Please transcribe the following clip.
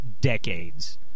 decades